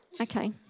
okay